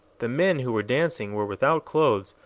the men who were dancing were without clothes,